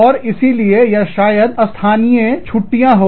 और इसीलिए या शायद वहां स्थानीय छुट्टियाँ हो